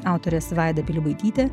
autorės vaida pilibaitytė